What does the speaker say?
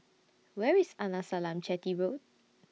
Where IS Arnasalam Chetty Road